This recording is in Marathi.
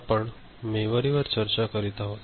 आपण मेमरीवर चर्चा करीत आहोत